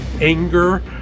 anger